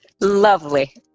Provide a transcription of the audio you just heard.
Lovely